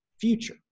future